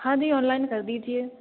हाँ जी ऑनलाइन कर दीजिए